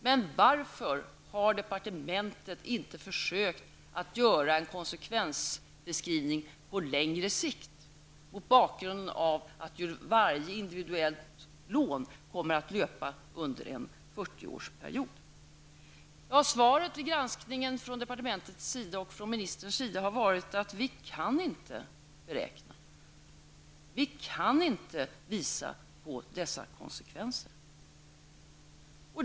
Men varför har departementet inte försökt att göra en konsekvensbeskrivning på längre sikt med tanke på att varje individuellt lån kommer att löpa under en 40-årsperiod? Svaret från departementets och ministerns sida har varit att de inte kan beräkna konsekvenserna.